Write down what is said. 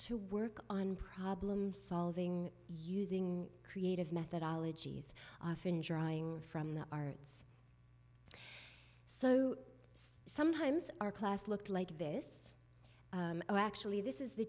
to work on problem solving using creative methodologies often drawing from the r s so sometimes our class looked like this actually this is the